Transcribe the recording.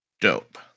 Dope